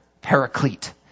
paraclete